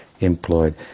employed